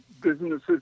businesses